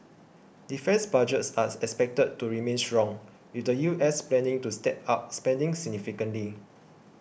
defence budgets are expected to remain strong with the U S planning to step up spending significantly